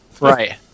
Right